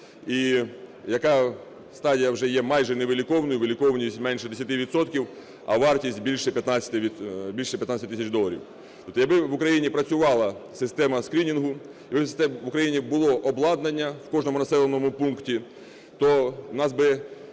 і яка стадія вже є майже невиліковною, виліковність – менше 10 відсотків, а вартість – більше 15 тисяч доларів. То якби в Україні працювала система скринінгу, в Україні було обладнання в кожному населеному пункті, то у нас би